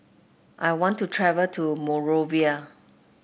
I want to travel to Monrovia